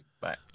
Bye